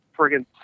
Friggin